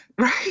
Right